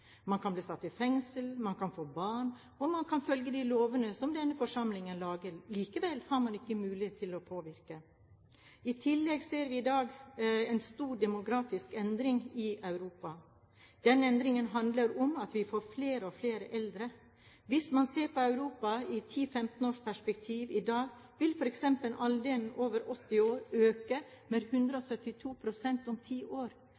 Man kan bli satt i fengsel, man kan få barn, og man kan følge de lovene som denne forsamlingen lager. Likevel har man ikke mulighet til å påvirke. I tillegg ser vi i dag en stor demografisk endring i Europa. Denne endringen handler om at vi får flere og flere eldre. Hvis man ser på Europa i ti- og femtenårsperspektiv i dag, vil f.eks. andelen over 80 år øke med 172 pst. på ti år.